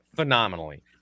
phenomenally